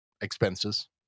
expenses